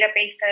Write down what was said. databases